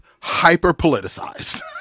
hyper-politicized